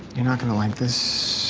you're not gonna like this.